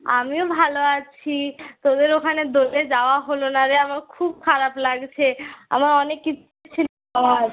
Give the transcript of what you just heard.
আমিও ভালো আছি তোদের ওখানে দোলে যাওয়া হল না রে আমার খুব খারাপ লাগছে আমার অনেক ইচ্ছে যাওয়ার